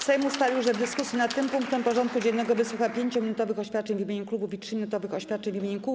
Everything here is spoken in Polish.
Sejm ustalił, że w dyskusji nad tym punktem porządku dziennego wysłucha 5-minutowych oświadczeń w imieniu klubów i 3-minutowych oświadczeń w imieniu kół.